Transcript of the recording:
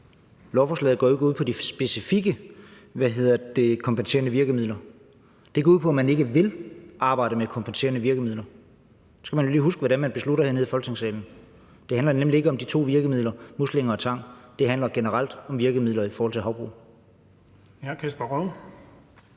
Lovforslaget går jo ikke ud på de specifikke kompenserende virkemidler; det går ud på, at man ikke vil arbejde med kompenserende virkemidler. Man skal jo lige huske, hvad det er, man beslutter hernede i Folketingssalen. Det handler nemlig ikke om de to virkemidler, muslinger og tang; det handler generelt om virkemidler i forhold til havbrug.